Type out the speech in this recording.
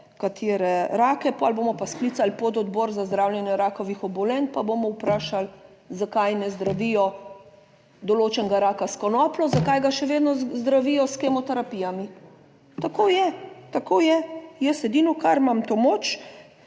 katere rake pol bomo pa sklicali pododbor za zdravljenje rakavih obolenj pa bomo vprašali zakaj ne zdravijo določenega raka s konopljo, zakaj ga še vedno zdravijo s kemoterapijami. Tako je. Tako je. Jaz edino, kar imam to moč